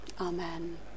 Amen